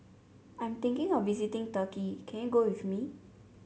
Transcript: I'm thinking of visiting Turkey can you go with me